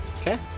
Okay